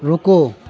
रुकू